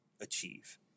achieve